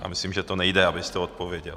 Já myslím, že to nejde, abyste odpověděl.